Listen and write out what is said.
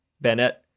Bennett